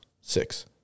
Six